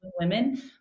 women